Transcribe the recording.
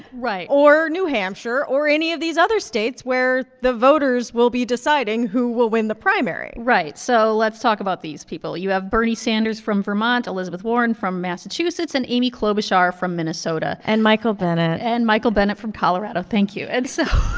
right. or new hampshire or any of these other states where the voters will be deciding who will win the primary right. so let's talk about these people. you have bernie sanders from vermont, elizabeth warren from massachusetts and amy klobuchar from minnesota and michael bennet and michael bennet from colorado. thank you. and so